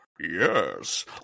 Yes